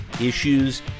issues